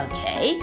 Okay